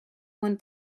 one